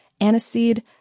aniseed